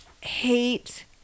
hate